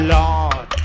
Lord